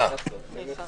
הרוויזיה לא אושרה.